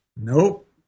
Nope